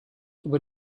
über